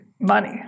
money